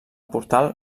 portal